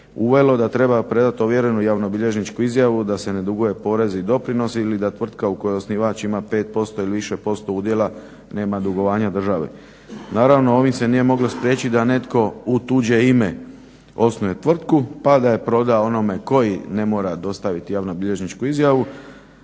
uvelo da treba predati ovjerenu javno-bilježničku izjavu da se ne duguje porez i doprinos ili da tvrtka u kojoj osnivač ima 5% ili više posto udjela nema dugovanja državi. Naravno ovim se nije moglo spriječiti da netko u tuđe ime osnuje tvrtku, pa da je proda onome koji ne mora dostaviti javno-bilježničku izjavu